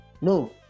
No